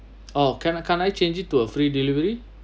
oh can I can I change it to a free delivery